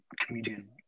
comedian